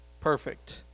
perfect